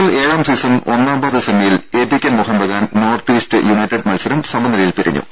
L ഏഴാം season ഒന്നാം പാദ സെമിയിൽ A T K Mohun Bagan North East United മത്സരം സമനിലയിൽ പിരിഞ്ഞു